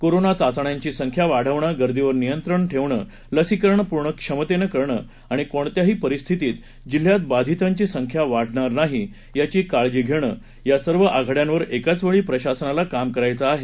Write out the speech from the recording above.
corona चाचण्यांची संख्या वाढवणं गर्दीवर नियंत्रण ठेवणं लसीकरण पूर्ण क्षमतेनं करणं आणि कोणत्याही परिस्थितीत जिल्ह्यात बाधितांची संख्या वाढणार नाही याची काळजी घेणं या सर्व आघाड्यांवर एकाच वेळी प्रशासनाला काम करायचं आहे